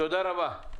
תודה רבה.